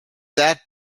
that